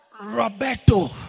Roberto